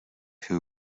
who